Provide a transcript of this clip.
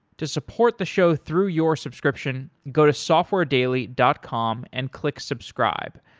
to support the show through your subscription, go to softwaredaily dot com and click subscribe.